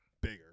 bigger